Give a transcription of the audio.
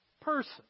person